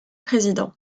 président